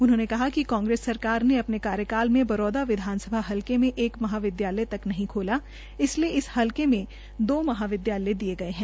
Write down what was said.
उन्होंने कहा कि कांग्रेस सरकार ने अपने कार्यकाल में बरौदा विधानसभा हल्के मे एक भी महाविद्यालय नहीं खोला इसलिए हल्के में दो महाविद्यालय दिये गये है